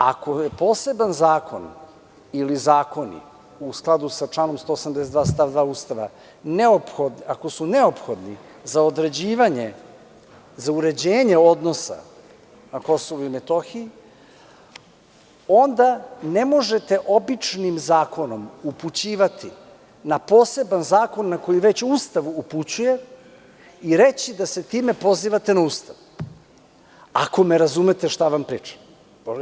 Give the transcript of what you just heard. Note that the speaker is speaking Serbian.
Ako je poseban zakon ili ako su zakoni, u skladu sa članom 182. stav 2. Ustava, neophodni za određivanje, za uređenje odnosa na Kosovu i Metohiji, onda ne možete običnim zakonom upućivati na poseban zakon, na koji već Ustav upućuje, i reći da se time pozivate na Ustav, ako me razumete šta vam pričam.